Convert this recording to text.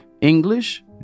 English